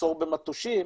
מחסור במטושים,